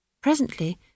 Presently